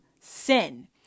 sin